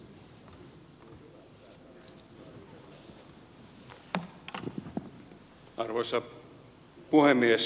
arvoisa puhemies